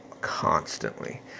constantly